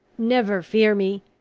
never fear me!